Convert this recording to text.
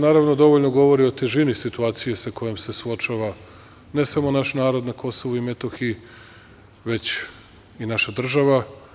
Naravno, to dovoljno govori o težini situacije sa kojom se suočava ne samo naš narod na Kosovu i Metohiji, već i naša država.